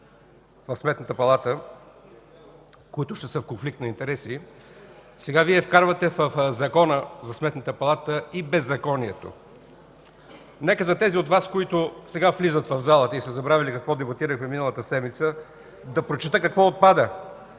в Сметната палата, които ще са в конфликт на интереси, сега вкарвате в Закона за Сметната палата и беззаконието. Нека за тези от Вас, които сега влизат в залата и са забравили какво дебатирахме миналата седмица, да прочета какво отпада: